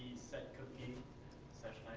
setcookie session